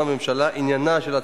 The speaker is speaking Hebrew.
נגד ונמנעים, אין.